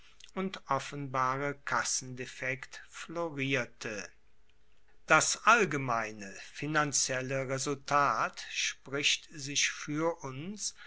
und offenbare kassendefekt florierte das allgemeine finanzielle resultat spricht sich fuer uns